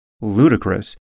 ludicrous